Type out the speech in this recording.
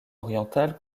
oriental